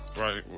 Right